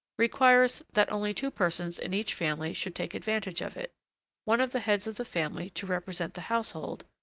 requires that only two persons in each family should take advantage of it one of the heads of the family to represent the household,